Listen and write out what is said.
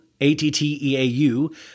A-T-T-E-A-U